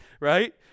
right